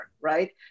right